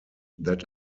that